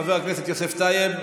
חבר הכנסת יוסף טייב,